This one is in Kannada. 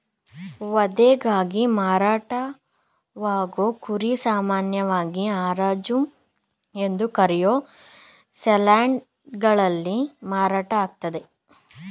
ವಧೆಗಾಗಿ ಮಾರಾಟವಾಗೋ ಕುರಿ ಸಾಮಾನ್ಯವಾಗಿ ಹರಾಜು ಎಂದು ಕರೆಯೋ ಸೇಲ್ಯಾರ್ಡ್ಗಳಲ್ಲಿ ಮಾರಾಟ ಆಗ್ತದೆ